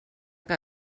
que